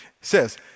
says